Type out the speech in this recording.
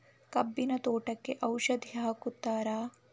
ಕಬ್ಬಿನ ತೋಟಕ್ಕೆ ಔಷಧಿ ಹಾಕುತ್ತಾರಾ?